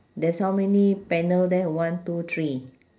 there's how many panel there one two three